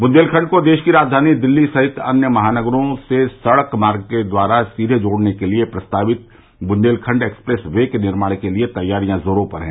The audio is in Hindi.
बुन्देलखंड को देश की राजधानी दिल्ली सहित अन्य महानगरों से सड़क मार्ग के द्वारा सीधे जोड़ने के लिए प्रस्तावित बुन्देलखंड एक्सप्रेस वे के निर्माण के लिए तैयारियां जोरो पर है